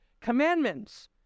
commandments